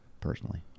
personally